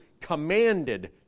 commanded